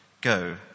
go